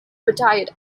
retired